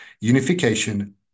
unification